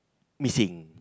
missing